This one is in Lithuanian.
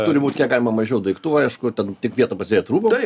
turi būt kiek galima mažiau daiktų aišku ir ten tik vieta pasidėt rūbam